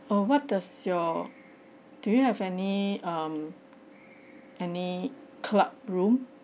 oh what does your do you have any um any club room